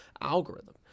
algorithm